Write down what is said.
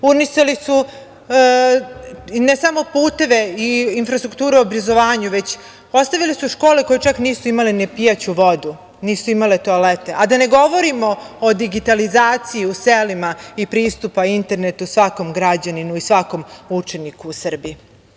Urnisali su ne samo puteve i infrastrukturu obrazovanja, već su ostavili škole koje čak nisu imale ni pijaću vodu, nisu imale toalete, a da ne govorimo o digitalizaciji u selima i pristupa internetu svakom građaninu i svakom učeniku u Srbiji.